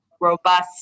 robust